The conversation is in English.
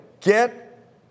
get